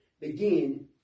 begin